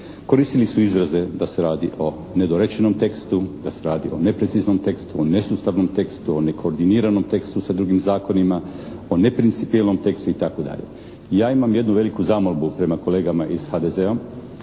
Koristili su izraze da se radi o nedorečenom tekstu, da se radi o nepreciznom tekstu, o nesustavnom tekstu, o nekoordiniranom tekstu sa drugim zakonima, o neprincipijelnom tekstu itd. Ja imam jednu veliku zamolbu prema kolegama iz HDZ-a